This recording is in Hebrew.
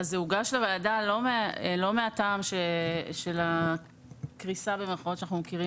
זה הוגש לוועדה לא מהטעם של ה"קריסה" שאנחנו מכירים